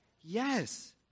Yes